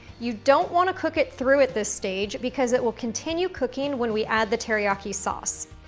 you don't wanna cook it through at this stage because it will continue cooking when we add the teriyaki sauce.